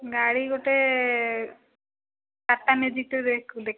ଗାଡ଼ି ଗୋଟେ ଟାଟା ମ୍ୟାଜିକ୍ଟେ ଦେଖିଛୁ